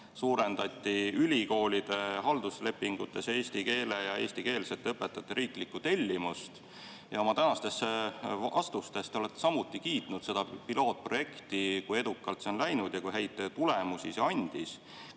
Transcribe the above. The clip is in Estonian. suurendati ülikoolide halduslepingutes eesti keele ja eestikeelsete õpetajate riiklikku tellimust. Oma tänastes vastustes te olete samuti kiitnud seda pilootprojekti, kui edukalt see on läinud ja kui häid tulemusi andis.